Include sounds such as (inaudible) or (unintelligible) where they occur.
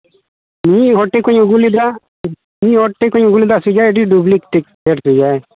ᱢᱤᱫ ᱦᱚᱲ ᱴᱷᱮᱡ ᱠᱷᱚᱡ ᱤᱧ ᱟᱹᱜᱩ ᱞᱮᱫᱟ ᱢᱤᱫ ᱦᱚᱲ ᱴᱷᱮᱡ ᱠᱷᱚᱡ ᱤᱧ ᱟᱹᱜᱩ ᱞᱮᱫᱟ ᱥᱮᱫᱟᱭ ᱟᱹᱰᱤ ᱰᱩᱵᱞᱤᱠᱮᱴ (unintelligible)